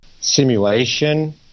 simulation